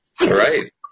Right